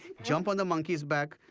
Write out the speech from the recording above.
jump on the monkey's back,